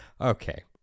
Okay